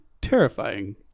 terrifying